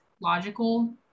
logical